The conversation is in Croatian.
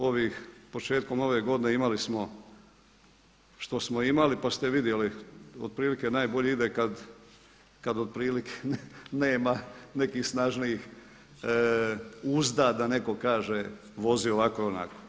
Ovih, početkom ove godine imali smo što smo imali, pa ste vidjeli otprilike najbolje ide kad otprilike nema nekih snažnijih uzda da netko kaže vozi ovako ili onako.